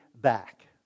back